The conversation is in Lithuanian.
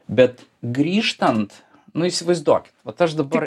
bet grįžtant nu įsivaizduokit vat aš dabar